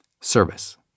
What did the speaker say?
service